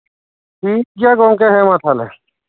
ᱴᱷᱤᱠᱜᱮᱭᱟ ᱜᱚᱝᱠᱮ ᱦᱮᱸ ᱢᱟ ᱛᱟᱦᱚᱞᱮ